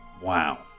wow